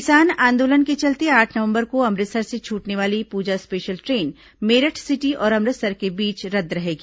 किसान आंदोलन के चलते आठ नवंबर को अमृतसर से छूटने वाली Puja special train Meerut city और अमृतसर के बीच रद्द रहेगी